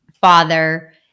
Father